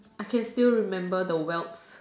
I can still remember the welts